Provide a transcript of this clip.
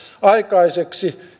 aikaiseksi